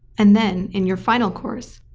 and then in your final course,